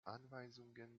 anweisungen